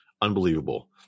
unbelievable